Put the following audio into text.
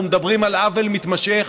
אנחנו מדברים על עוול מתמשך,